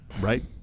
right